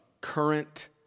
current